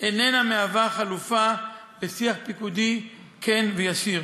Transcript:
איננה חלופה לשיח פיקודי כן וישיר.